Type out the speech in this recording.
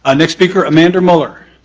ah next speaker, amanda mueller.